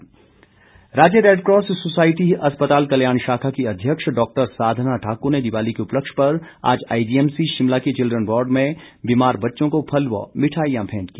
साधना ठाकुर राज्य red cross society अस्पताल कल्याण शाखा की अध्यक्ष डाक्टर साधना ठाकुर ने दिवाली के उपलक्ष्य पर आज आईजीएमसी शिमला के चिल्ड्रन वॉर्ड में बीमार बच्चों को फल व मिठाईयां भेंट की